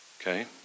Okay